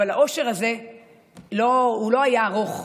אבל האושר הזה לא היה ארוך.